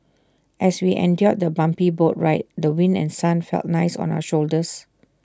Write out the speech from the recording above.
as we endured the bumpy boat ride the wind and sun felt nice on our shoulders